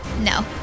No